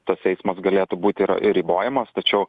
tas eismas galėtų būti ir ribojamas tačiau